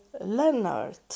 Leonard